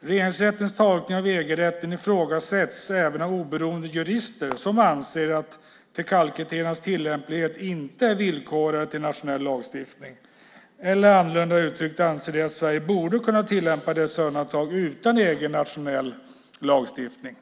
Regeringsrättens tolkning av EG-rätten ifrågasätts även av oberoende jurister som anser att Teckalkriteriernas tillämplighet inte är villkorad till nationell lagstiftning. Annorlunda uttryckt anser de att Sverige borde kunna tillämpa dessa undantag utan egen nationell lagstiftning.